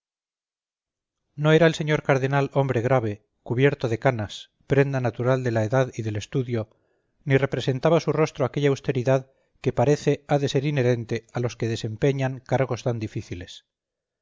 no era el señor cardenal hombre grave cubierto de canas prenda natural de la edad y del estudio ni representaba su rostro aquella austeridad que parece ha de ser inherente a los que desempeñan cargos tan difíciles